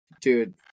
Dude